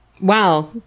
Wow